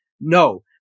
No